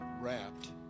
wrapped